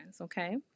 Okay